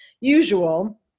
usual